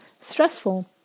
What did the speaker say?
stressful